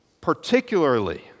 Particularly